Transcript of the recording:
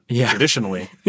traditionally